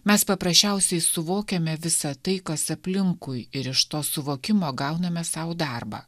mes paprasčiausiai suvokiame visą tai kas aplinkui ir iš to suvokimo gauname sau darbą